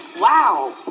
Wow